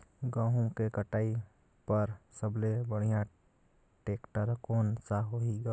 गहूं के कटाई पर सबले बढ़िया टेक्टर कोन सा होही ग?